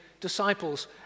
disciples